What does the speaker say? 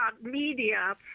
Media